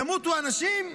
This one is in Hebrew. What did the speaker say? ימותו אנשים,